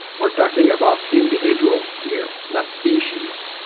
we are talking about individuals here, not species.